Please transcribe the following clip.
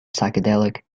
psychedelic